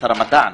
שר המדע לשעבר.